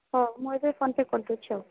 ହଉ ମୁଁ ଏବେ ଫୋନ୍ପେ' କରିଦେଉଛି ଆଉ